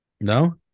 No